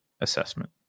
assessment